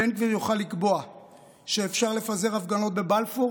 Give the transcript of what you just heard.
בן גביר יוכל לקבוע שאפשר לפזר הפגנות בבלפור